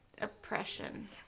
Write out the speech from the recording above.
oppression